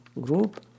group